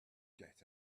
get